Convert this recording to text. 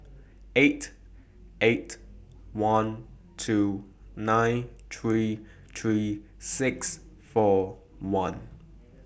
eight eight one two nine three three six four one